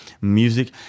music